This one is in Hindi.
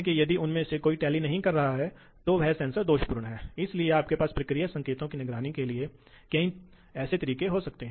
तो ये बंद लूप ड्राइव कॉन्फ़िगरेशन हैं जो आमतौर पर इन मशीनों के लिए लागू होते हैं